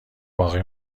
باقی